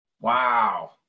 Wow